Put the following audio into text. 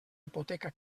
hipoteca